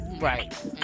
right